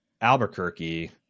Albuquerque